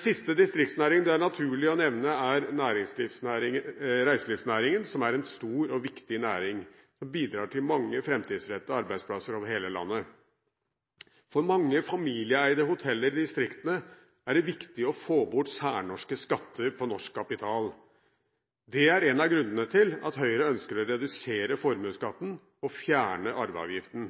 siste distriktsnæringen det er naturlig å nevne, er reiselivsnæringen, som er en stor og viktig næring som bidrar til mange framtidsrettede arbeidsplasser over hele landet. For mange familieeide hoteller i distriktene er det viktig å få bort særnorske skatter på norsk kapital. Det er en av grunnene til at Høyre ønsker å redusere formuesskatten og fjerne arveavgiften.